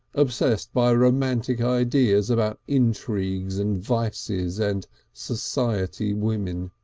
obsessed by romantic ideas about intrigues and vices and society women.